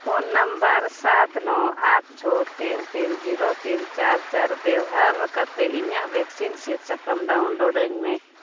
phone number ᱥᱟᱛ ᱱᱚ ᱟᱴ ᱪᱷᱚ ᱛᱤᱱ ᱛᱤᱱ ᱡᱤᱨᱳ ᱛᱤᱱ ᱪᱟᱨ ᱪᱟᱨ ᱵᱮᱵᱽᱦᱟᱨ ᱠᱟᱛᱮᱫ ᱤᱧᱟᱹᱜ ᱵᱷᱮᱠᱥᱤᱱ ᱥᱤᱫ ᱥᱟᱠᱟᱢ ᱰᱟᱣᱩᱱᱞᱳᱰᱟᱹᱧ ᱢᱮ